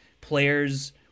players